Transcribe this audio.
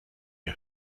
der